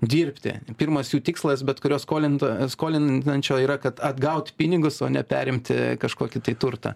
dirbti pirmas jų tikslas bet kurio skolintojo skolinančio yra kad atgaut pinigus o ne perimti kažkokį tai turtą